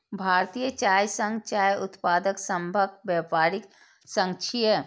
भारतीय चाय संघ चाय उत्पादक सभक व्यापारिक संघ छियै